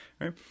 right